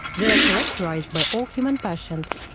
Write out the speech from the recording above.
they are characterized by all human passions,